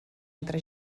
entre